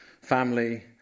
family